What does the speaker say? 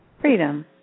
freedom